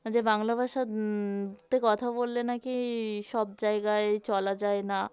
যে বাংলা ভাষা তে কথা বললে নাকি সব জায়গায় চলা যায় না